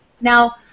Now